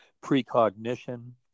precognition